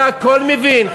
אתה הכול מבין.